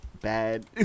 bad